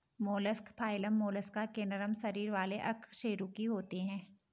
mollusc phylum Mollusca के नरम शरीर वाले अकशेरुकी होते हैं